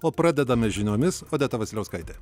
o pradedame žiniomis odeta vasiliauskaitė